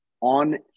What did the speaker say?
on